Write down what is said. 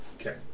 okay